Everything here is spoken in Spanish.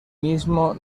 mismo